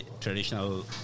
traditional